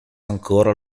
ancora